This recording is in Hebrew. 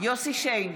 יוסף שיין,